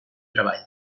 treball